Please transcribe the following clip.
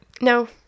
No